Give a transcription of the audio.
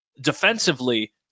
Defensively